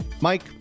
Mike